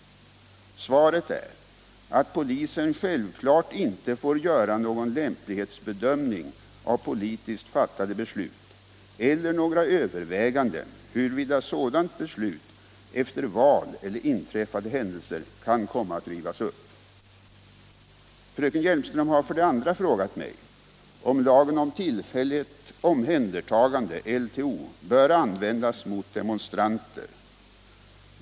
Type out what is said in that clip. Svaret är att polisen självklart inte får göra någon lämplighetsbedömning av politiskt fattade beslut eller några överväganden huruvida sådana beslut efter val eller inträffade händelser kan komma att rivas upp. Fröken Hjelmström har för det andra frågat mig om lagen om tillfälligt omhändertagande bör användas mot demonstranter.